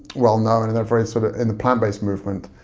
well known, and they're very sort of in the plant-based movement.